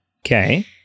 okay